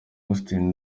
austin